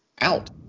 out